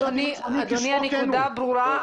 אדוני הנקודה ברורה,